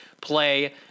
play